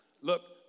Look